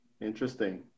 interesting